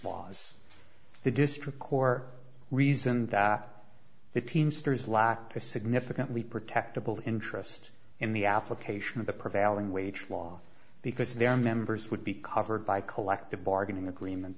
laws the district core reason that the teamsters lacked a significantly protectable interest in the application of the prevailing wage law because their members would be covered by collective bargaining agreement